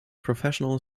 professional